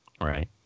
right